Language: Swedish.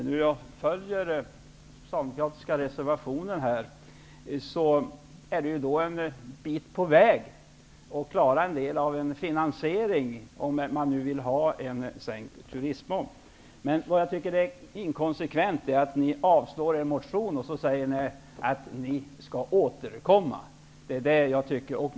Herr talman! Om man följer upp socialdemokratiska reservationer kan man konstatera att vi är en bit på väg att klara av en finansiering om man vill ha en sänkt turistmoms. Men det är inkonsekvent av Ny demokrati att avstå från sin motion med orden att Ny demokrati avser att återkomma.